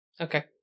okay